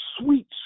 sweet